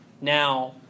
now